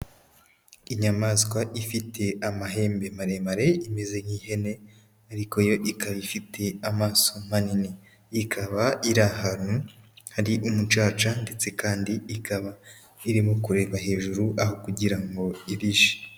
Inyamaswa ifite amahembe maremare, imeze nk'ihene ariko yo ikaba ifite amaso manini. Ikaba iri ahantu hari umucaca ndetse kandi ikaba irimo kureba hejuru aho kugira ngo irishe.